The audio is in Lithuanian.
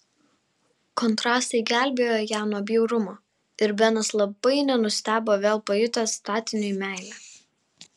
kontrastai gelbėjo ją nuo bjaurumo ir benas labai nenustebo vėl pajutęs statiniui meilę